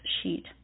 sheet